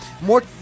more